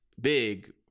big